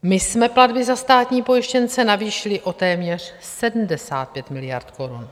My jsme platbu za státní pojištěnce navýšili o téměř 75 miliard korun.